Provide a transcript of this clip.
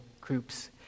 groups